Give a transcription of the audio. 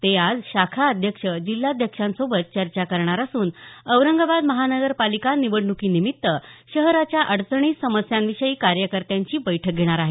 ते आज शाखा अध्यक्ष जिल्हाध्यक्षांसोबत चर्चा करणार असून औरंगाबाद महापालिका निवडण्कीनिमित्त शहराच्या अडचणी समस्यांविषयी कार्यकर्त्यांची बैठक घेणार आहेत